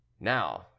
Now